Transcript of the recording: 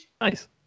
Nice